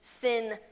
Sin